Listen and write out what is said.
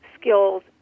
skills